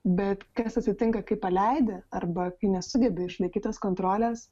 bet kas atsitinka kai paleidi arba kai nesugebi išlaikyt tos kontrolės